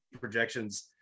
projections –